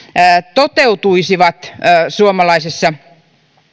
toteutuisivat suomalaisessa